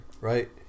right